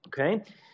Okay